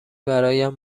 برایم